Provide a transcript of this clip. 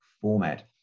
format